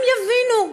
הם יבינו,